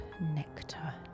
nectar